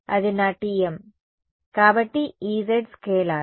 కాబట్టి Ez scalar